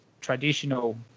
traditional